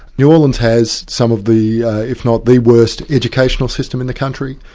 new orleans has some of the if not the worst educational system in the country,